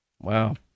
Wow